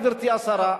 גברתי השרה,